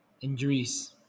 injuries